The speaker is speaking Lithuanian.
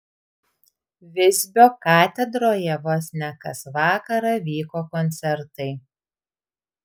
visbio katedroje vos ne kas vakarą vyko koncertai